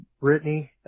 Brittany